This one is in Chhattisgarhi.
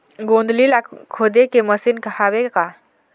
गोंदली ला खोदे के मशीन हावे का?